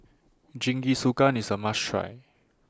Jingisukan IS A must Try